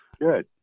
Good